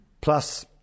plus